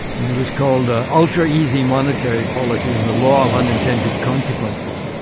and it was called ah ultra easy monetary policy and the law of unintended consequences.